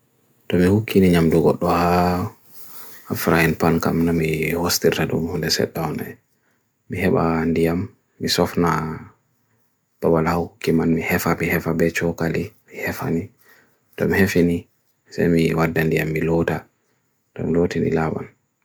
To mehukini nhyam blugot doha, afrayen pan kam nami hosted radum hoon deset down hai. Mee heba handiyam. Mee sofna pawala ho, keman me hefa, mehefa becho kali, mehefa ni. To mehefini semi wad dandiyam me loada. Don't load tini lawan.